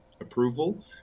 approval